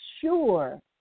sure